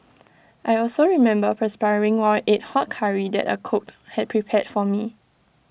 I also remember perspiring while ate hot Curry that A cook had prepared for me